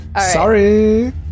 Sorry